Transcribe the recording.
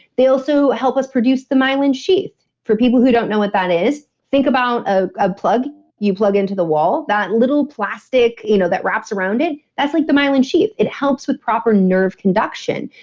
they also help us produce the myelin sheath for people who don't know what that is, think about a ah plug you plug into the wall, that little plastic you know that wraps around it, that's like the myelin sheath. it helps with proper nerve conduction.